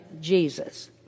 Jesus